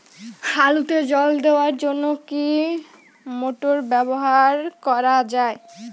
আলুতে জল দেওয়ার জন্য কি মোটর ব্যবহার করা যায়?